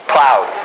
Cloud